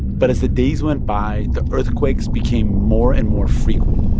but as the days went by, the earthquakes became more and more frequent